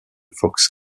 fox